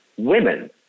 women